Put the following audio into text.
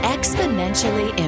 Exponentially